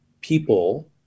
people